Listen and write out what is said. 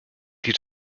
die